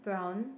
brown